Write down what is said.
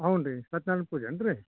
ಹೌದ್ರಿ ಸತ್ನಾರಾಯ್ಣ ಪೂಜೆ ಏನು ರೀ